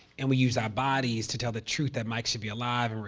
and we use our bodies to tell the truth that mike should be alive, and